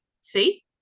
see